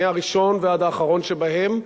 מהראשון ועד האחרון שבהם,